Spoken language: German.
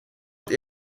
und